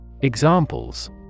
Examples